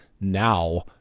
now